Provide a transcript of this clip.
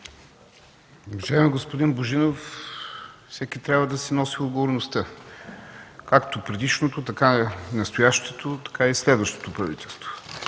Уважаеми господин Божинов, всеки трябва да си носи отговорността – както предишното, така и настоящото, така и следващото правителство